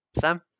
Sam